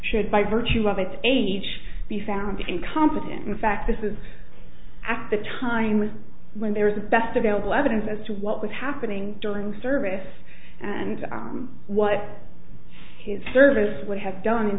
should by virtue of its age be found incompetent in fact this is at the time was when there was the best available evidence as to what was happening during service and what his service would have done in